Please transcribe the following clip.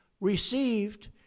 received